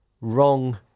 wrong